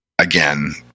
again